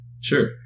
Sure